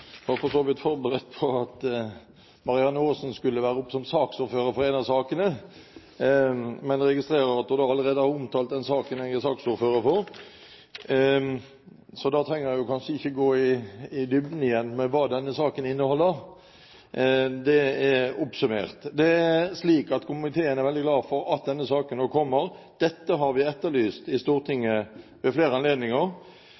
var for så vidt forberedt på at Marianne Aasen skulle ta for seg den saken som hun er saksordfører for. Men jeg registrerer at hun allerede har omtalt den saken jeg er ordfører for også, så da trenger jeg kanskje ikke gå i dybden igjen om hva denne saken inneholder, det er oppsummert. Det er slik at komiteen er veldig glad for at denne saken nå kommer. Dette har vi etterlyst i